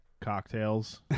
cocktails